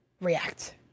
react